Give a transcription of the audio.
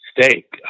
steak